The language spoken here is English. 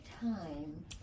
time